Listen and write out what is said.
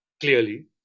clearly